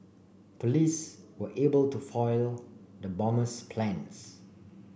police were able to foil the bomber's plans